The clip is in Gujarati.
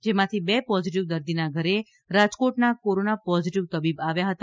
જેમાંથી બે પોઝીટીવ દર્દીના ઘરે રાજકોટના કોરોના પોઝીટીવ તબીબ આવ્યા હતા